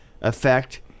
effect